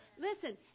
listen